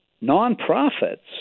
non-profits